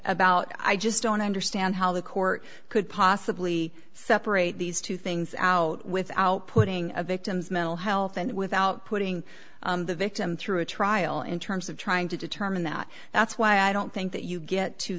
about i just don't understand how the court could possibly separate these two things out without putting a victim's mental health and without putting the victim through a trial in terms of trying to determine that that's why i don't think that you get to